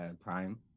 prime